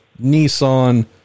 Nissan